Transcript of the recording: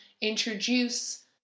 introduce